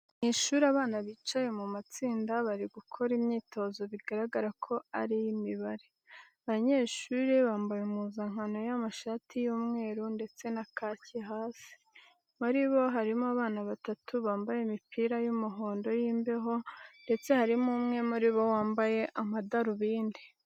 Mu ishuri abana bicaye mu matsinda bari gukora imyitozo bigaragara ko ari iy'imibare. Aba banyeshuri bambaye impuzankano y'amashati y'umweru ndetse na kaki hasi. Muri bo harimo abana batatu bambaye imipira y'umuhondo y'imbeho ndetse harimo umwe muri bo wambaye amadarubindi.